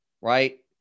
right